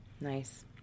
nice